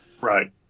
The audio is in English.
Right